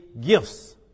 gifts